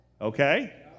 Okay